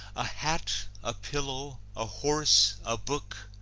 a hat, a pillow, a horse, a book,